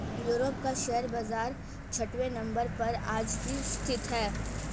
Europe का share बाजार छठवें नम्बर पर आज भी स्थित है